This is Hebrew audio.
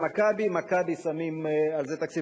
"מכבי" "מכבי" שמים על זה תקציב.